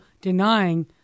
denying